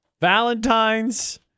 Valentine's